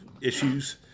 issues